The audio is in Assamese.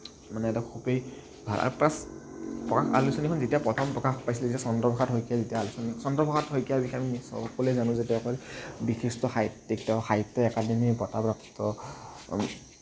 মানে এটা খুবেই আৰু প্লাচ প্ৰকাশ আলোচনীখন যেতিয়া প্ৰথম প্ৰকাশ পাইছিলে যেতিয়া চন্দ্ৰ প্ৰকাশ শইকীয়াই যেতিয়া আলোচনীখন চন্দ্ৰ প্ৰসাদ শইকীয়াৰ বিষয়ে আমি সকলোৱে জানোঁ যে তেওঁ বিশিষ্ট সাহিত্যিক তেওঁ সাহিত্য একাডেমী বঁটা প্ৰাপ্ত